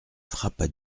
frappa